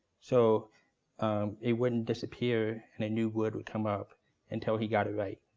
so it wouldn't disappear and a new word would come up until he got it right,